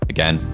Again